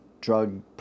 drug